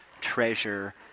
treasure